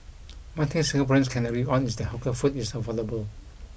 one thing Singaporeans can agree on is that hawker food is affordable